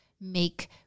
make